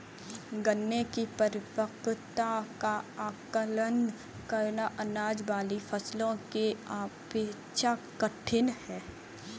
गन्ने की परिपक्वता का आंकलन करना, अनाज वाली फसलों की अपेक्षा कठिन है